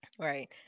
Right